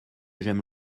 j’aime